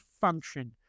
function